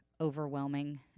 overwhelming